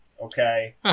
Okay